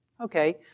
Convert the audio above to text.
Okay